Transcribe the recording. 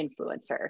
influencer